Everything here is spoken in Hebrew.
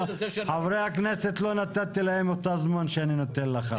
חברי הכנסת לא נתתי להם אותו זמן שאני נותן לך.